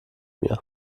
mir